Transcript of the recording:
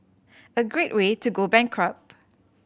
a great way to go bankrupt